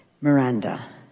miranda